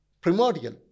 primordial